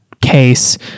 case